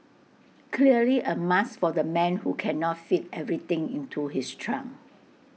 clearly A must for the man who cannot fit everything into his trunk